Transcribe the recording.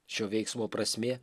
šio veiksmo prasmė